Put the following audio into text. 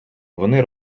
вони